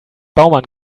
baumann